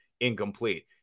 incomplete